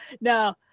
No